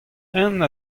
hent